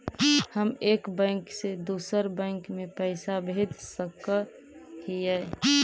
हम एक बैंक से दुसर बैंक में पैसा भेज सक हिय?